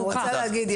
אני גם רוצה להגיד,